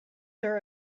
are